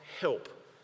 help